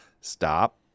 stop